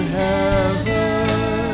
heaven